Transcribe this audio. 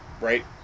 Right